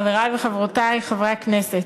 חברי וחברותי חברי הכנסת,